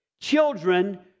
children